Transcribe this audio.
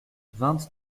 vingt